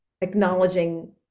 acknowledging